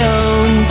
own